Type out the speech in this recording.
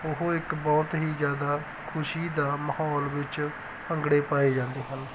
ਉਹ ਇੱਕ ਬਹੁਤ ਹੀ ਜ਼ਿਆਦਾ ਖੁਸ਼ੀ ਦੇ ਮਾਹੌਲ ਵਿੱਚ ਭੰਗੜੇ ਪਾਏ ਜਾਂਦੇ ਹਨ